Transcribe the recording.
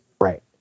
Right